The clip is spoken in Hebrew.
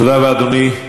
תודה לאדוני.